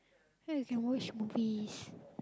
then we can watch movies